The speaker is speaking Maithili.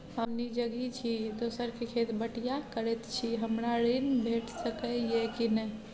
हम निजगही छी, दोसर के खेत बटईया करैत छी, हमरा ऋण भेट सकै ये कि नय?